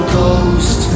ghost